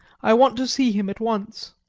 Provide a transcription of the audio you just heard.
i want to see him at once.